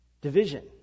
division